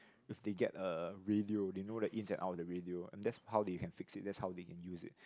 if they get a radio you know the ins and out of the radio and that's how they can fix it that's how they can use it